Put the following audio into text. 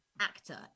Actor